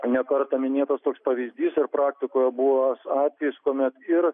ne kartą minėtas pavyzdys ir praktikoje buvęs atvejis kuomet ir